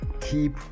keep